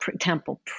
temple